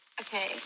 Okay